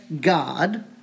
God